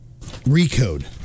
Recode